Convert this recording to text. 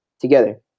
together